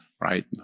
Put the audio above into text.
Right